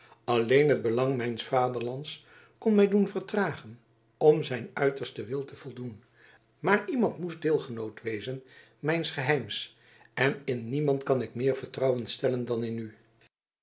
alleen het belang mijns vaderlands kon mij doen vertragen om zijn uitersten wil te voldoen maar iemand moest deelgenoot wezen mijns geheims en in niemand kan ik meer vertrouwen stellen dan in u